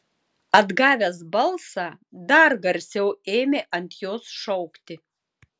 atgavęs balsą dar garsiau ėmė ant jos šaukti